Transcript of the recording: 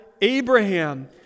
Abraham